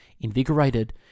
invigorated